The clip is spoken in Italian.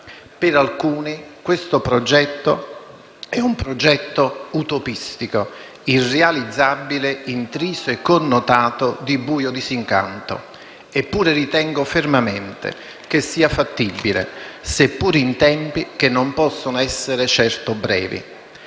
Per alcuni questo progetto è utopistico, irrealizzabile, intriso e connotato di buio disincanto. Eppure, ritengo fermamente che sia fattibile, seppur in tempi che non possono essere certo brevi.